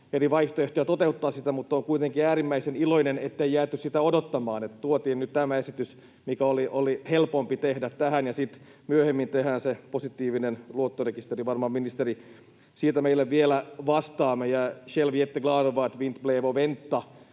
eri vaihtoehtoja toteuttaa sitä, mutta olen kuitenkin äärimmäisen iloinen, ettei jääty sitä odottamaan, vaan tuotiin nyt tämä esitys, mikä oli helpompi tehdä, ja sitten myöhemmin tehdään se positiivinen luottorekisteri — varmaan ministeri siitä meille vielä vastaa.